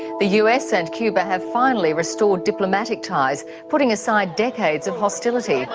the us and cuba have finally restored diplomatic ties, putting aside decades of hostility.